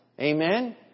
Amen